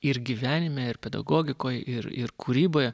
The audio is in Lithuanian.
ir gyvenime ir pedagogikoj ir ir kūryboje